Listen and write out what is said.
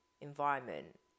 environment